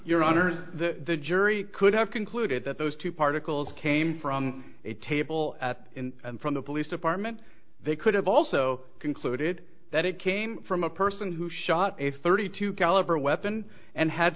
your honor the jury could have concluded that those two particles came from a table and from the police department they could have also concluded that it came from a person who shot a thirty two caliber weapon and had